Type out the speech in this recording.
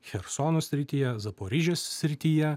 chersono srityje zaporižės srityje